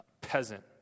peasant